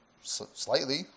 Slightly